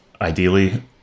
ideally